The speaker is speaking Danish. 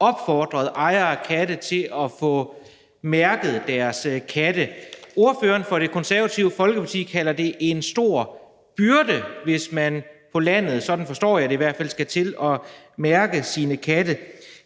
opfordrede ejere af katte til at få mærket deres katte. Ordføreren for Det Konservative Folkeparti kalder det en stor byrde, hvis man på landet, sådan forstår jeg det i hvert fald, skal til at mærke sine katte.